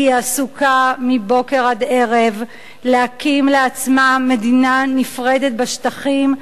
כי היא עסוקה מבוקר עד ערב להקים לעצמה מדינה נפרדת בשטחים,